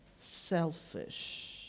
selfish